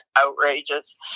outrageous